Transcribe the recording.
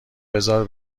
بزار